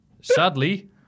Sadly